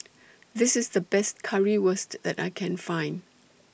This IS The Best Currywurst that I Can Find